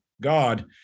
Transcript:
God